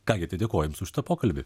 ką gi tai dėkoju jums už šitą pokalbį